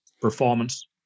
performance